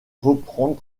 reprendre